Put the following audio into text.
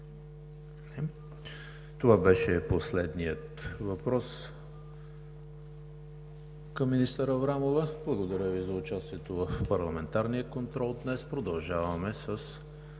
Това беше последният въпрос към министър Аврамова. Благодаря Ви за участието в парламентарния контрол днес. Продължаваме с